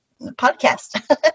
podcast